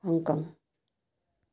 Hong Kong